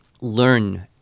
learn